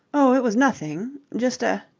oh, it was nothing. just a.